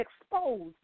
exposed